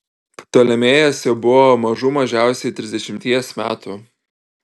ptolemėjas jau buvo mažų mažiausiai trisdešimties metų